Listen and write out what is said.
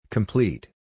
Complete